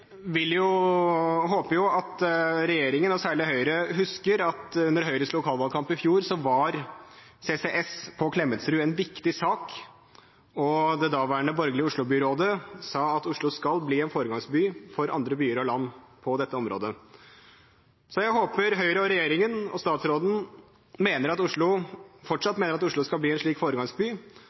håper at regjeringen – og særlig Høyre – husker at under Høyres lokalvalgkamp i fjor var CCS på Klemetsrud en viktig sak, og det daværende, borgerlige Oslo-byrådet sa at Oslo skal bli en foregangsby for andre byer og land på dette området. Jeg håper Høyre, regjeringen og statsråden fortsatt mener at Oslo skal bli en slik foregangsby,